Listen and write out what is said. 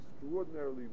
extraordinarily